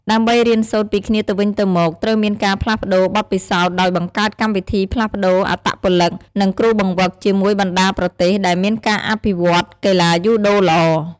ដើម្បីរៀនសូត្រពីគ្នាទៅវិញទៅមក ត្រូវមានការផ្លាស់ប្តូរបទពិសោធន៍ដោយបង្កើតកម្មវិធីផ្លាស់ប្តូរអត្តពលិក និងគ្រូបង្វឹកជាមួយបណ្តាប្រទេសដែលមានការអភិវឌ្ឍន៍កីឡាយូដូល្អ ។